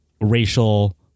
racial